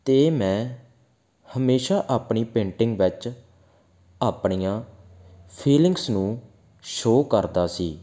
ਤੇ ਮੈਂ ਹਮੇਸ਼ਾ ਆਪਣੀ ਪੇਂਟਿੰਗ ਵਿੱਚ ਆਪਣੀਆਂ ਫੀਲਿੰਗਸ ਨੂੰ ਸ਼ੋ ਕਰਦਾ ਸੀ